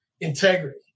integrity